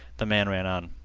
the man ran on.